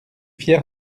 fier